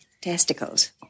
Testicles